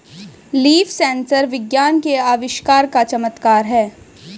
leaf sensor विज्ञान के आविष्कार का चमत्कार है